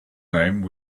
name